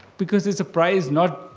because it's a prize not,